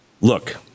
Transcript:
look